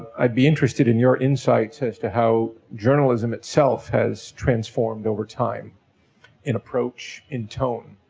i'd be interested in your insights as to how journalism itself has transformed over time in approach, in tone.